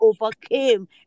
overcame